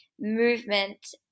movement